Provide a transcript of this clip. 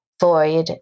void